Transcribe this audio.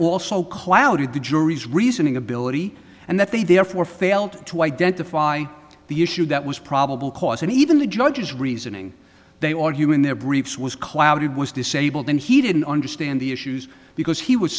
also clouded the jury's reasoning ability and that they therefore failed to identify the issue that was probable cause and even the judge's reasoning they argue in their briefs was clouded was disabled and he didn't understand the issues because he was